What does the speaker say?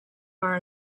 bar